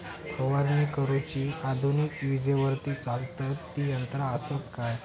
फवारणी करुची आधुनिक विजेवरती चलतत ती यंत्रा आसत काय?